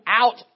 out